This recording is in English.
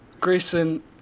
Grayson